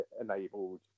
enabled